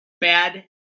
bad